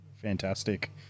fantastic